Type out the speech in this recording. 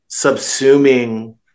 subsuming